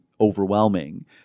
overwhelming